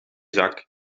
zak